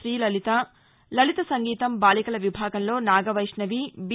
శ్రీలలిత లలిత సంగీతం బాలికల విభాగంలో నాగవైష్ణవి బి